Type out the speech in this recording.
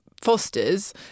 Fosters